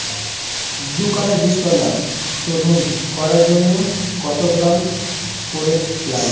দু কাটা বীজতলা শোধন করার জন্য কত গ্রাম ফোরেট লাগে?